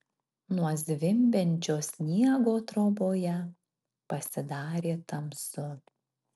nuo zvimbiančio sniego troboje pasidarė tamsu